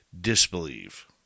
disbelieve